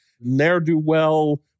ne'er-do-well